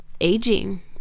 aging